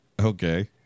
okay